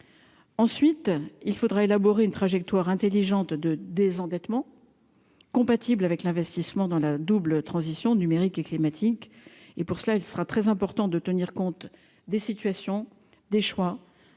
ensuite il faudra élaborer une trajectoire intelligente de désendettement compatible avec l'investissement dans la double transition numérique et climatique et pour cela, il sera très important de tenir compte des situations, des choix